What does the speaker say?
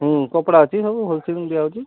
ହୁଁ କପଡ଼ା ଅଛି ସବୁ ହୋଲେସେଲିଂ ଦିଆହେଉଛି